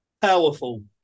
Powerful